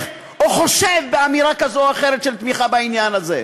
או חשוד באמירה כזאת או אחרת של תמיכה בעניין הזה.